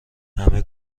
همه